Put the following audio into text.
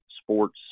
sports